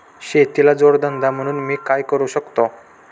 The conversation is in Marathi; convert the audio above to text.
शेतीला जोड धंदा म्हणून मी काय करु शकतो?